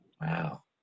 Wow